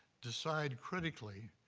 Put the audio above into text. decide critically